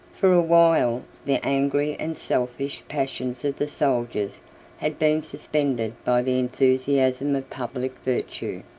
for a while, the angry and selfish passions of the soldiers had been suspended by the enthusiasm of public virtue.